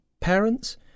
parents